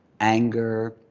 anger